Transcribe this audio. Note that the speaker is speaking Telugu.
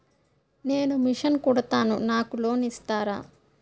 నేను మిషన్ కుడతాను నాకు లోన్ ఇస్తారా?